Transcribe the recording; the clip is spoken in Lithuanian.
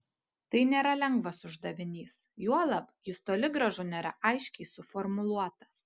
tai nėra lengvas uždavinys juolab jis toli gražu nėra aiškiai suformuluotas